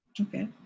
Okay